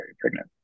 pregnant